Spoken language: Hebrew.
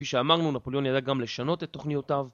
כפי שאמרנו, נפוליאון ידע גם לשנות את תוכניותיו